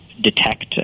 detect